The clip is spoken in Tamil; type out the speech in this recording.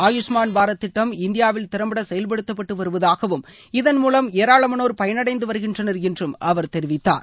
ஆயுஷ்மான் பாரத் திட்டம் இந்தியாவில் திறம்பட செயல்படுத்தப்பட்டு வருவதாகவும் இதன் மூலம் ஏராளமானோர் பயனடைந்து வருகின்றனர் என்றும் தெரிவித்தார்